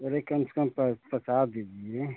अरे कम से कम प पचास दीजिए